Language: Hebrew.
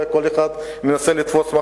וכל אחד מנסה לתפוס,